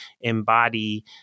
embody